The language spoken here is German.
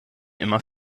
immer